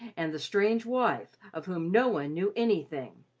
and the strange wife, of whom no one knew anything,